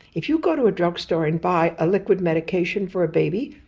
if you go to a drug store and buy a liquid medication for a baby,